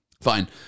fine